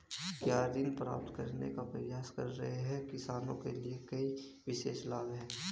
क्या ऋण प्राप्त करने का प्रयास कर रहे किसानों के लिए कोई विशेष लाभ हैं?